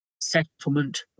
settlement